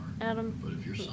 Adam